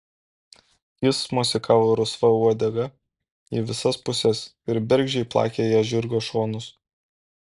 jis mosikavo rusva uodega į visas puses ir bergždžiai plakė ja žirgo šonus